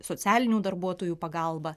socialinių darbuotojų pagalba